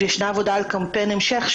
וישנה עבודה על קמפיין המשך.